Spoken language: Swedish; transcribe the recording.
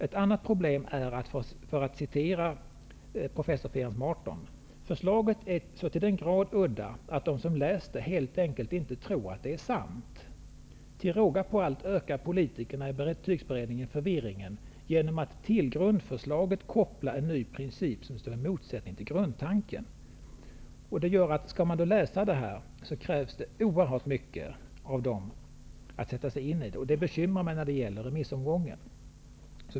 Ett annat problem, för att citera professor Ference Marton: ''Förslaget är så till den grad udda, att de som läst det helt enkelt inte tror att det är sant. Till råga på allt ökar politikerna i betygsberedningen förvirringen, genom att till grundförslaget koppla en ny princip som står i motsättning till grundtanken''. Detta innebär att det krävs oerhört mycket av dem som läser förslaget, vilket bekymrar mig med tanke på remissomgången.